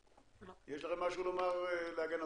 יש לכם משהו לומר להגנתכם?